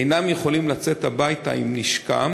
אינם יכולים לצאת הביתה עם נשקם